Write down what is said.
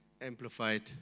amplified